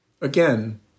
again